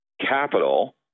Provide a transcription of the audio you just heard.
capital